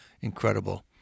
incredible